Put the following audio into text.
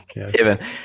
Seven